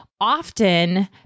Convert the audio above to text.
often